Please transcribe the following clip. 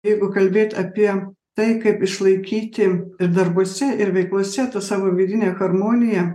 jeigu kalbėt apie tai kaip išlaikyti ir darbuose ir veiklose tą savo vidinę harmoniją